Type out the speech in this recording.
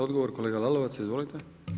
Odgovor kolega Lalovac, izvolite.